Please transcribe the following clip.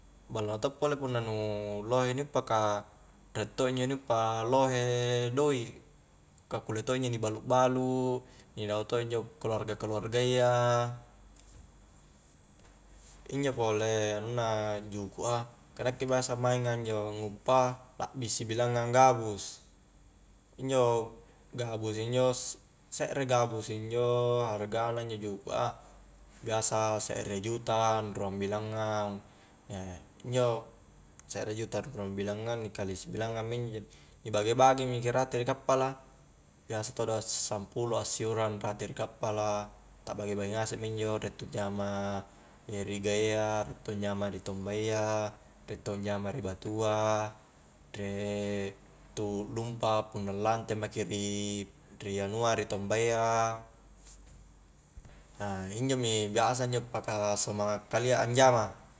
Ballo a to pole punna nu lohe ni uppa ka riek to injo ni uppa lohe doik ka kulle to i ni balu-balu ni dahu to injo keluarga-keluargayya injo pole anunna juku' a ka nakke biasa mainga injo nguppa lakbi sibilangngang gabus injo gabus injo sekre gabus injo harga na injo juku' a biasa sekre juta ruang bilangngang injo sekre juta ruang bilangang ni kali sibilangang mi injo jadi ni bage-bage mi ki rate ri kappala, biasa todo sampulo a siuarang rate ri kappala, ta' bage-bage ngasek minjo riek tu jama ri gae a riek to anjama ri tombayya riek to anjama ri batua, riek tu lumpa punna lante maki ri-ri anua ri tombayya na injomi biasa injo paka semanga' kalia anjama